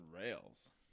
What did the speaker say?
rails